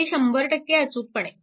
अगदी 100 अचूकपणे